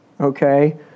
Okay